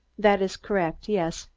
that is correct, yes,